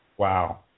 Wow